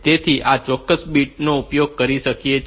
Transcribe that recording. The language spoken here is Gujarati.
તેથી આ ચોક્કસ બીટ નો ઉપયોગ કરી શકાય છે